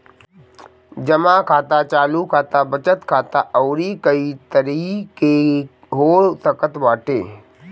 जमा खाता चालू खाता, बचत खाता अउरी कई तरही के हो सकत बाटे